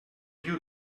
you